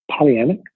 polyamic